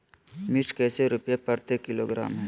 मिर्च कैसे रुपए प्रति किलोग्राम है?